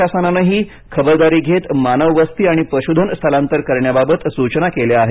प्रशासनानेही खबरदारी घेत मानववस्ती आणि पशुधन स्थलांतर करण्याबाबत सूचना केल्या आहेत